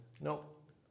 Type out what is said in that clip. Nope